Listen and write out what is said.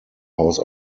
house